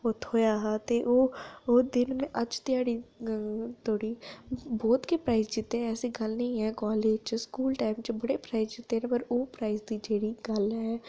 ओह् थ्होआ हा ते ओह् दिन में अज्ज दी ध्याड़ी धोड़ी बहुत गै प्राइज जित्ते ऐसी गल्ल नेईं ऐ कालेज च स्कूल दे टाइम बड़े प्राइज जित्ते ओह् प्राइज दी जेह्ड़ी गल्ल ऐ ओह् किश बक्खरी गै